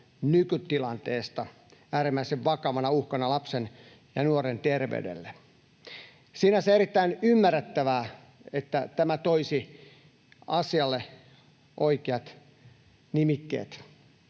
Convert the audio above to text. nykytilanteesta äärimmäisen vakavana uhkana lapsen ja nuoren terveydelle. Sinänsä tämä on erittäin ymmärrettävää, tämä toisi asialle oikeat nimikkeet.